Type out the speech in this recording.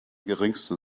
geringste